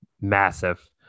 massive